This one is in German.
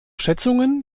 schätzungen